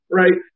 right